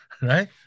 right